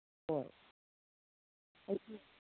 ꯍꯣꯏ